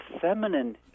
feminine